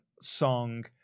song